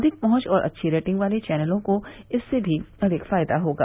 अधिक पहुंच और अच्छी रेटिंग वाले चौनलों को इससे भी अधिक फायदा होगा